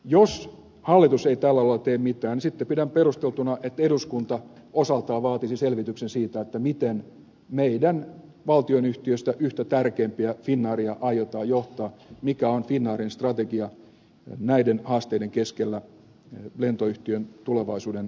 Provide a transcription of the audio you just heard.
jos hallitus ei tällä alueella tee mitään niin sitten pidän perusteltuna että eduskunta osaltaan vaatisi selvityksen siitä miten meidän valtionyhtiöistä yhtä tärkeintä finnairia aiotaan johtaa mikä on finnairin strategia näiden haasteiden keskellä lentoyhtiön tulevaisuuden menestykselliseksi järjestämiseksi